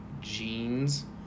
jeans